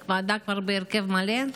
הוועדה כבר בהרכב מלא?